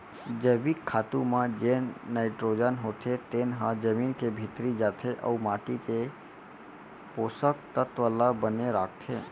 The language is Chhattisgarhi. जैविक खातू म जेन नाइटरोजन होथे तेन ह जमीन के भीतरी जाथे अउ माटी के पोसक तत्व ल बने राखथे